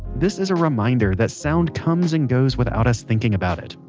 this is a reminder that sound comes and goes without us thinking about it.